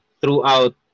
throughout